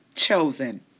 chosen